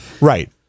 Right